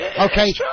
okay